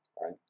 right